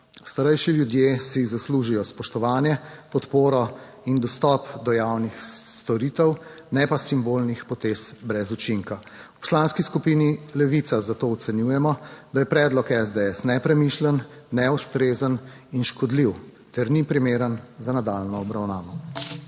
Starejši ljudje si zaslužijo spoštovanje, podporo in dostop do javnih storitev, ne pa simbolnih potez brez učinka. V Poslanski skupini Levica zato ocenjujemo, da je predlog SDS nepremišljen, neustrezen in škodljiv ter ni primeren za nadaljnjo obravnavo.